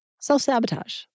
self-sabotage